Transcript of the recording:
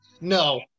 No